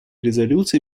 резолюций